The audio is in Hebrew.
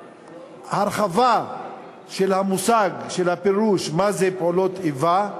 ההרחבה של המושג, של הפירוש מה זה פעולות איבה,